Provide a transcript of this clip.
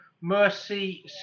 mercy